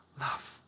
love